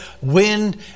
Wind